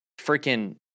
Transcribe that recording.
freaking